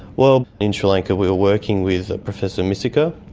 well, in sri lanka we were working with professor missaka,